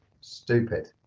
Stupid